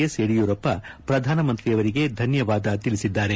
S Yediyurappa ಪ್ರಧಾನಮಂತ್ರಿಯವರಿಗೆ ಧನ್ಯವಾದ ತಿಳಿಸಿದ್ದಾರೆ